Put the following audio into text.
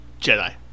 Jedi